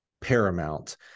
paramount